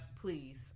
Please